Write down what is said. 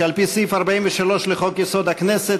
כי על-פי סעיף 43 לחוק-יסוד: הכנסת,